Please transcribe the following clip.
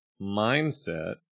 mindset